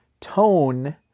tone